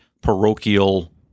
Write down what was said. parochial